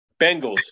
Bengals